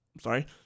sorry